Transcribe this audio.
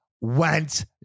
went